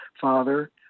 father